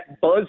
buzz